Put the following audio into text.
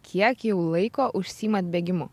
kiek jau laiko užsiimat bėgimu